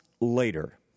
later